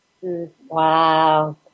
Wow